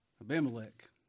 Abimelech